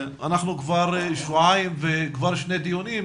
אנחנו כבר שבועיים וכבר היו שני דיונים,